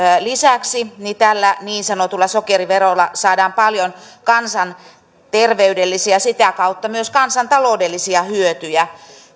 lisäksi tällä niin sanotulla sokeriverolla saadaan paljon kansanterveydellisiä ja sitä kautta myös kansantaloudellisia hyötyjä